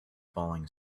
falling